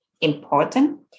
important